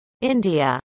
India